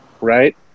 Right